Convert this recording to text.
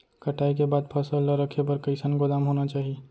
कटाई के बाद फसल ला रखे बर कईसन गोदाम होना चाही?